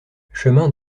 chemin